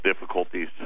difficulties